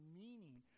meaning